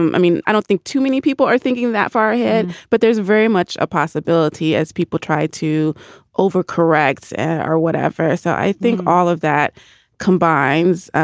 um i mean, i don't think too many people are thinking that far ahead. but there's very much a possibility as people try to overcorrect or whatever. so i think all of that combines,